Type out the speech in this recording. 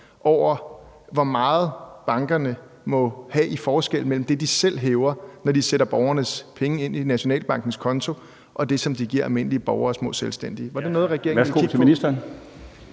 over, hvor meget bankerne må have i forskel mellem det, de selv hæver, når de sætter borgernes penge ind på Nationalbankens konto, og det, som de giver almindelige borgere og små selvstændige.